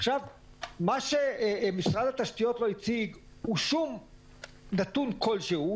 מה שמשרד התשתיות לא הציג זה נתון כלשהו,